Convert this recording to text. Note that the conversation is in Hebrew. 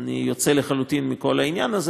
אני יוצא לחלוטין מכל העניין הזה.